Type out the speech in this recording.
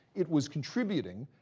it was contributing,